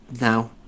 now